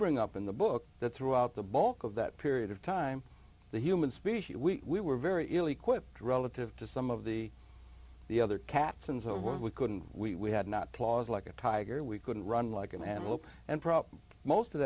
bring up in the book that throughout the bulk of that period of time the human species we were very ill equipped relative to some of the the other cats in the world we couldn't we had not plausible a tiger we couldn't run like an animal and